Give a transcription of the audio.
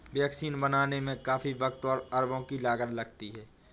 vaccine बनाने में काफी वक़्त और अरबों की लागत लगती है